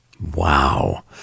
Wow